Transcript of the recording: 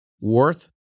Worth